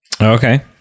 Okay